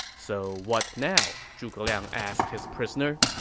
so what now? zhuge liang asked his prisoner